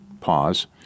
pause